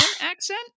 accent